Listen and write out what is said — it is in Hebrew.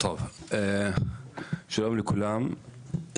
שלום לכולם,